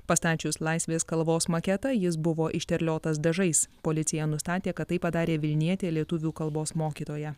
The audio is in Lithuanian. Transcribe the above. pastačius laisvės kalvos maketą jis buvo išterliotas dažais policija nustatė kad tai padarė vilnietė lietuvių kalbos mokytoja